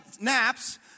naps